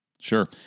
Sure